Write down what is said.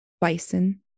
bison